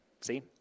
see